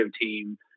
team